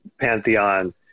pantheon